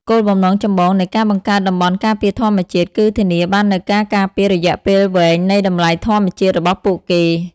គោលបំណងចម្បងនៃការបង្កើតតំបន់ការពារធម្មជាតិ គឺធានាបាននូវការការពាររយៈពេលវែងនៃតម្លៃធម្មជាតិរបស់ពួកគេ។